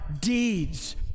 deeds